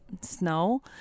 snow